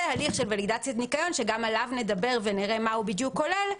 הליך של ולידציית ניקיון שגם עליו נדבר ונראה מה הוא בדיוק כולל.